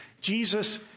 Jesus